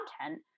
content